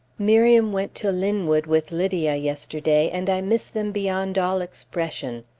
miriam went to linwood with lydia yesterday, and i miss them beyond all expression.